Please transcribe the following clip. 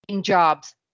jobs